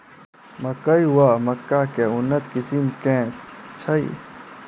मकई वा मक्का केँ उन्नत किसिम केँ छैय?